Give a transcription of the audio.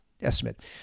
estimate